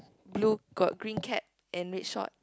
blue got green cat and red short